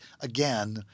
again –